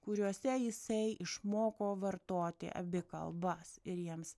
kuriuose jisai išmoko vartoti abi kalbas ir jiems